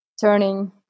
turning